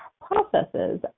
processes